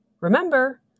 Remember